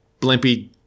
blimpy